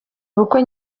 ubukwe